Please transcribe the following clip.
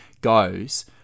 goes